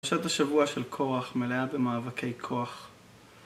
פרשת השבוע של קורח מלאה במאבקי כוח